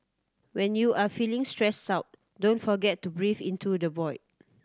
when you are feeling stressed out don't forget to breathe into the void